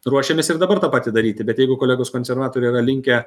ruošiamės ir dabar tą patį daryti bet jeigu kolegos konservatoriai yra linkę